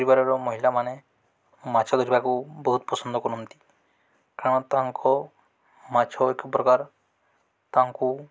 ପରିବାରର ମହିଳାମାନେ ମାଛ ଧରିବାକୁ ବହୁତ ପସନ୍ଦ କରନ୍ତି କାରଣ ତାଙ୍କ ମାଛ ଏକ ପ୍ରକାର ତାଙ୍କୁ